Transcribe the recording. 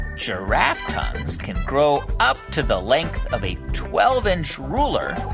giraffe tongues can grow up to the length of a twelve inch ruler?